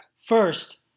First